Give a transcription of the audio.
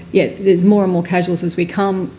yes, there's more and more casuals. it's become